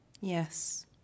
Yes